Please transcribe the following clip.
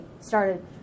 started